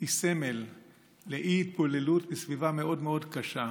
היא סמל לאי-התבוללות בסביבה מאוד מאוד קשה.